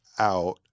out